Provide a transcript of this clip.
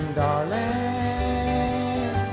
darling